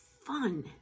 fun